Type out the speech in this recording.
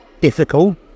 difficult